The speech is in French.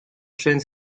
chêne